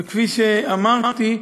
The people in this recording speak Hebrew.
וכפי שאמרתי,